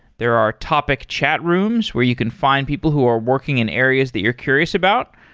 there are topic chat rooms where you can find people who are working in areas that you're curious about,